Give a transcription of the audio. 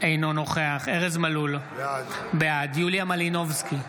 אינו נוכח ארז מלול, בעד יוליה מלינובסקי,